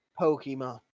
Pokemon